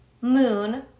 moon